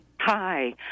hi